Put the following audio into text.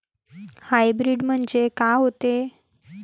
Hybrid म्हनजे का होते?